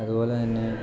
അതുപോലെത്തന്നെ